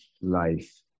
life